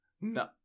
No